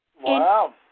wow